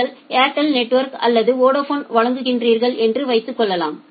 நீங்கள் Airtel network அல்லது Vodafone வாங்குகிறீர்கள் என்று வைத்துக்கொள்ளலாம்